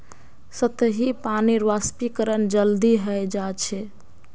सतही पानीर वाष्पीकरण जल्दी हय जा छे